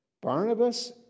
Barnabas